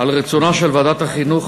על רצונה של ועדת החינוך,